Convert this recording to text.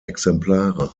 exemplare